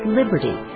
liberty